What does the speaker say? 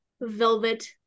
velvet